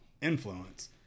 influence